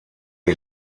die